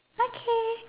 okay